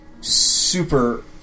super